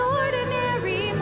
ordinary